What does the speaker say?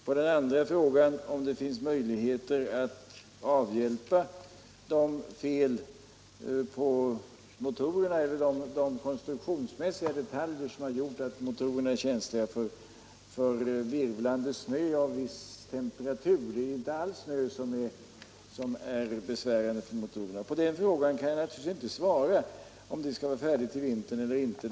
På den andra frågan, om det finns möjligheter att avhjälpa de konstruktionsmässiga detaljer som har gjort att motorerna är känsliga för virvlande snö av viss temperatur — det är ju inte all snö som är besvärande för motorerna — kan jag naturligtvis inte svara om det skall vara färdigt till nästa vinter eller inte.